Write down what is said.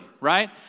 right